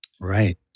Right